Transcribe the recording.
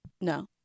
No